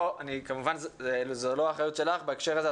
כמובן זאת לא אחריות שלך בהקשר הזה,